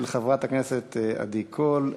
של חברת הכנסת עדי קול.